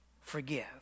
forgive